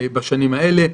בשנים האלה.